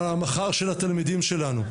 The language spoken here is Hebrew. אלא המחר של התלמידים שלנו,